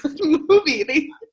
movie